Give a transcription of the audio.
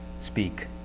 speak